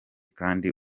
kandi